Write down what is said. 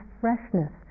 freshness